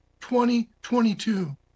2022